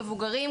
המבוגרים,